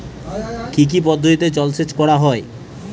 কি কি পদ্ধতিতে জলসেচ করা হয়?